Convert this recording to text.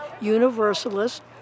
Universalist